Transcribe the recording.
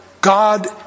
God